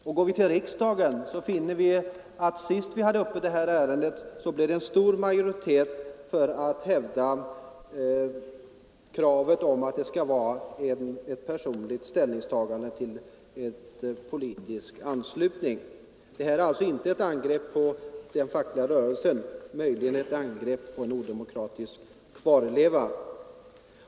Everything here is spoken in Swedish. När vi senast i riksdagen hade uppe detta ärende blev det en stor majoritet för att en politisk anslutning skall vara ett personligt ställningstagande. Det här är alltså inte ett angrepp på den fackliga rörelsen — möjligen ett angrepp på en odemokratisk kvarleva.